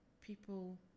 people